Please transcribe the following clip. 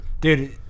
dude